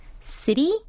City